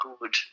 good